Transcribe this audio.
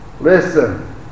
Listen